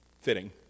fitting